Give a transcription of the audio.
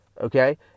okay